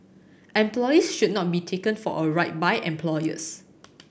employees should not be taken for a ride by employers